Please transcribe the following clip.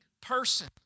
person